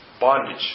bondage